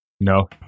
No